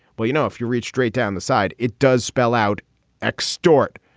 well, you know, if you reach straight down the side, it does spell out extort.